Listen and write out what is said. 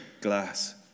glass